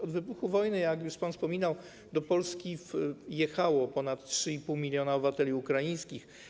Od wybuchu wojny, jak już pan wspominał, do Polski wjechało ponad 3,5 mln obywateli ukraińskich.